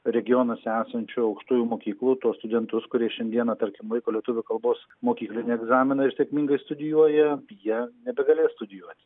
regionuose esančių aukštųjų mokyklų tuos studentus kurie šiandieną tarkim laiko lietuvių kalbos mokyklinį egzaminą ir sėkmingai studijuoja jie nebegalės studijuoti